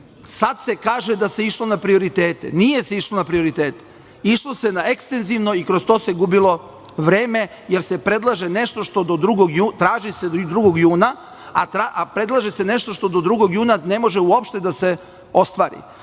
se kaže da se išlo na prioritete. Nije se išlo na prioritete, išlo se na ekstenzivno i kroz to se gubilo vreme jer se predlaže nešto, traži se nešto do 2. juna, a predlaže se nešto što do 2. juna ne može uopšte da se ostvari. Dakle,